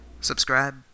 Subscribe